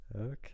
Okay